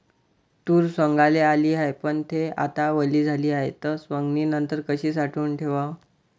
तूर सवंगाले आली हाये, पन थे आता वली झाली हाये, त सवंगनीनंतर कशी साठवून ठेवाव?